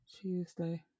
Tuesday